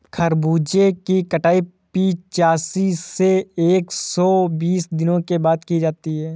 खरबूजे की कटाई पिचासी से एक सो बीस दिनों के बाद की जाती है